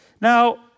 Now